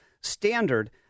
standard